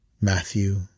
Matthew